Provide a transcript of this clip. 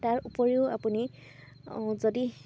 তাৰ উপৰিও আপুনি যদি